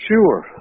Sure